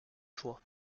choix